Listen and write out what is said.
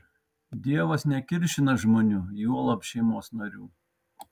dievas nekiršina žmonių juolab šeimos narių